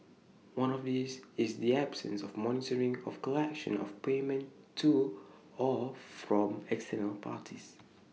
one of these is the absence of monitoring of collection of payment to or from external parties